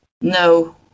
No